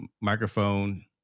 microphone